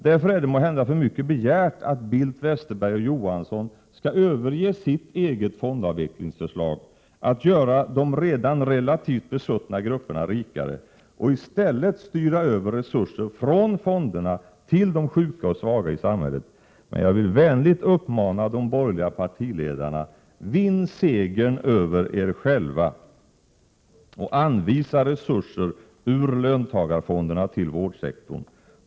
Därför är det måhända för mycket begärt att Bildt, Westerberg och Johansson skall överge sitt eget fondavvecklingsförslag, att göra de redan relativt besuttna grupperna rikare, och i stället styra resurser från fonderna till de sjuka och svaga i samhället. Men jag vill vänligt uppmana de borgerliga partiledarna: Vinn segern över er själva och anvisa resurser ur löntagarfonderna till vårdsektorn!